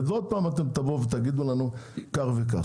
ועוד פעם אתם תבואו ותגידו לנו כך וכך.